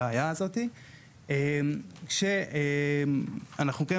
גם הפרדת חברות כרטיסי האשראי יצרה כאן